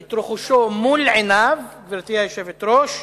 את רכושו מול עיניו, גברתי היושבת-ראש,